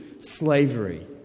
slavery